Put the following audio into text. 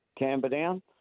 Camberdown